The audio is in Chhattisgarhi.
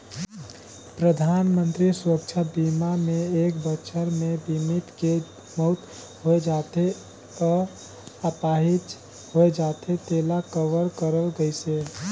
परधानमंतरी सुरक्छा बीमा मे एक बछर मे बीमित के मउत होय जाथे य आपाहिज होए जाथे तेला कवर करल गइसे